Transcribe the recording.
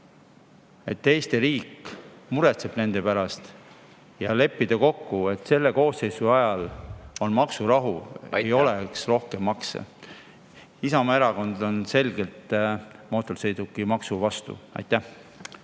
et Eesti riik muretseb nende pärast. Ja tuleks leppida kokku, et selle koosseisu ajal on maksurahu, ei tule rohkem makse. Isamaa erakond on selgelt mootorsõidukimaksu vastu. Aitäh!